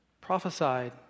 prophesied